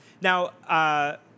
Now